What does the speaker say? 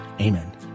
Amen